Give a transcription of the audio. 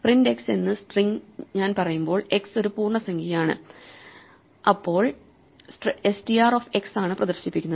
print x എന്ന് string ഞാൻ പറയുമ്പോൾ x ഒരു പൂർണ്ണസംഖ്യയാണ് അപ്പോൾ str ഓഫ് x ആണ് പ്രദർശിപ്പിക്കുന്നത്